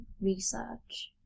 research